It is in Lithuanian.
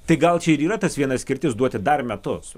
tai gal čia ir yra tas vienas kirtis duoti dar metus